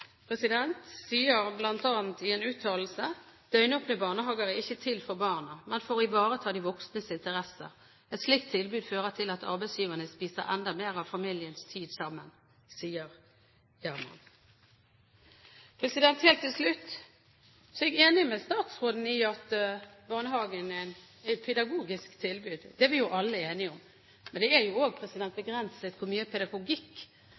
i en uttalelse: «Døgnåpne barnehager er ikke til for barna, men for å ivareta de voksnes interesser. Et slikt tilbud fører til at arbeidsgiverne spiser enda mer av familiens tid sammen.» Helt til slutt. Jeg er enig med statsråden i at barnehagen er et pedagogisk tilbud. Det er vi jo alle enige om. Men det er jo også begrenset hvor mye pedagogikk,